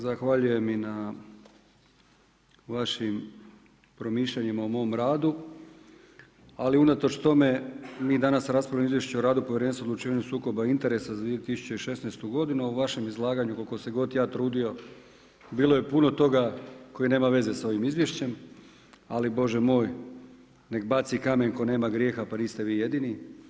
Zahvaljujem i na vašim promišljanjima o mom radu ali unatoč tome mi danas raspravljamo o Izvješću o radu Povjerenstva o odlučivanju o sukobu intersa za 2016. godinu a u vašem izlaganju koliko se god ja trudio bilo je puno toga koji nema veze sa ovim izvješćem, ali Bože moj neka baci kamen tko nema grijeha pa niste vi jedini.